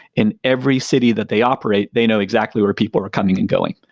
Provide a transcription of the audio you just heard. in every city that they operate, they know exactly where people are coming and going.